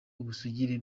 ubusugire